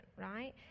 right